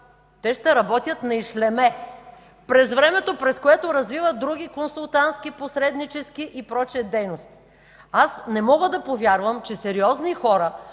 те ще работят на ишлеме през времето, през което развиват други консултантски, посреднически и прочие дейности. Аз не мога да повярвам, че сериозни хора